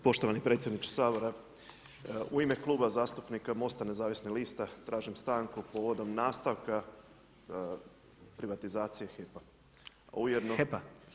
Poštovani predsjedniče Sabora, u ime Kluba zastupnika MOST-a nezavisnih lista tražim stanku povodom nastavka privatizacije HEP-a [[Upadica predsjednik: HEP-a?]] HEP-a, da.